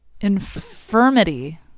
infirmity